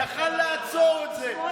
והיה יכול לעצור את זה,